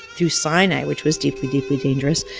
through sinai which was deeply deeply dangerous,